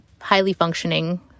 highly-functioning